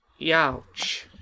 Youch